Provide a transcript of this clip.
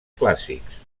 clàssics